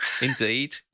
Indeed